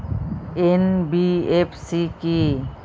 NBFC কী?